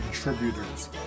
contributors